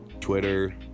twitter